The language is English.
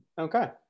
Okay